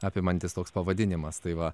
apimantis toks pavadinimas tai va